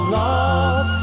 love